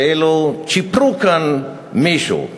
כאילו צ'יפרו כאן מישהו,